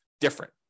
different